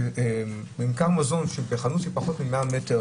חנות לממכר מזון שהיא קטנה מ-100 מטרים,